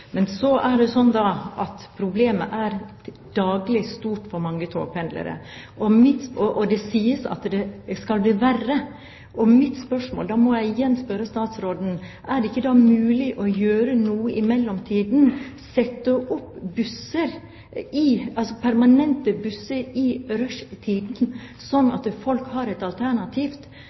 Men problemet er stort daglig for mange togpendlere, og det sies at det skal bli verre. Da må jeg igjen spørre statsråden: Er det ikke mulig å gjøre noe i mellomtiden, som å sette opp permanente busser i rushtiden slik at folk har et alternativ?